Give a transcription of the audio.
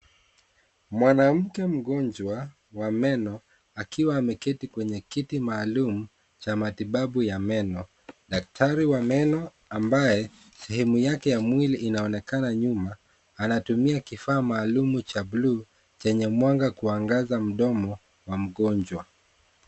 Mwanamke mgonjwa wa meno, ameketi kwenye kiti maalum cha matibabu ya meno. Daktari wa meno ambaye sehemu yake inaonekana nyuma, anatumia kifaa maalum cha bluu chenye mwanga kuangaza mdomo wa mgonjwa.